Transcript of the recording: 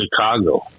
Chicago